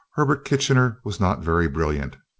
herbert kitchener was not very brilliant.